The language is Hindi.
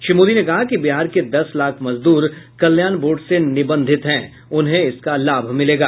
श्री मोदी ने कहा कि बिहार के दस लाख मजदूर कल्याण बोर्ड से निबंधित हैं उन्हें इसका लाभ मिलेगा